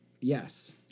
Yes